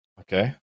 Okay